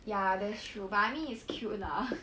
ya that's true but I mean it's cute lah